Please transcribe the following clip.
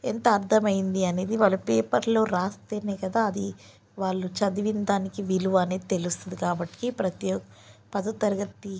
ఎంత అర్థమైంది అనేది వాళ్ళ పేపర్లో రాస్తేనే కదా అది వాళ్ళు చదివిన దానికి విలువ అనేది తెలుస్తుంది కాబట్టి ప్రతి ఒ పదవ తరగతి